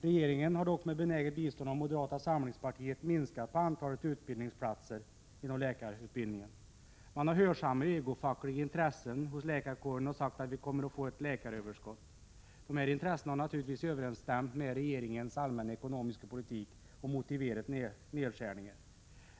Regeringen har dock med benäget bistånd av moderata samlingspartiet minskat antalet utbildningsplatser inom läkarutbildningen. Man har hörsammat egofackliga intressen hos läkarkåren och sagt att vi kommer att få ett läkaröverskott. De intressena har naturligtvis överensstämt med regeringens allmänna ekonomiska politik och motiverat nedskärningar.